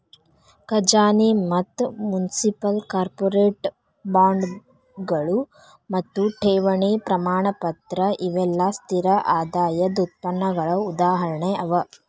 ಖಜಾನಿ ಮತ್ತ municipal, corporate ಬಾಂಡ್ಗಳು ಮತ್ತು ಠೇವಣಿ ಪ್ರಮಾಣಪತ್ರ ಇವೆಲ್ಲಾ ಸ್ಥಿರ ಆದಾಯದ್ ಉತ್ಪನ್ನಗಳ ಉದಾಹರಣೆ ಅವ